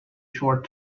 short